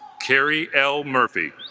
kerry l murphy